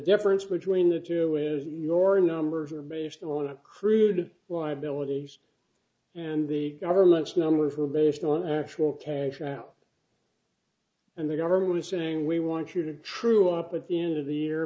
difference between the two is your numbers are based on a crude y abilities and the government's number who are based on actual cash and the government is saying we want you to true up at the end of the year